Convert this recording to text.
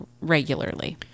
regularly